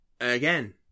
Again